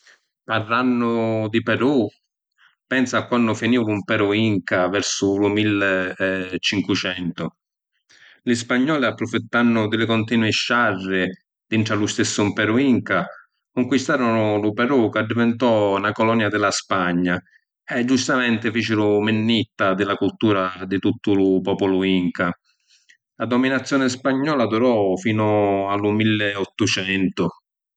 Parrannu di Perù pensu a quannu finìu lu imperu Inca versu lu milli e cincucentu. Li spagnoli apprufittannu di li continui sciarri dintra lu stissu imperu Inca, cunquistarinu lu Perù c’addivintò na colonia di la Spagna e giustamenti ficiru minnitta di la cultura di tuttu lu populu Inca. La dominazioni spagnola durò finu a lu milliottocentu.